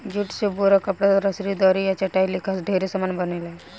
jute से बोरा, कपड़ा, रसरी, दरी आ चटाई लेखा ढेरे समान बनेला